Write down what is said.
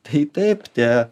tai taip tie